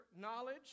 knowledge